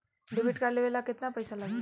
Debit card लेवे ला केतना पईसा लागी?